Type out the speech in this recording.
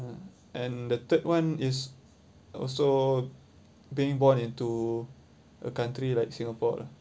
uh and the third one is also being born into a country like singapore lah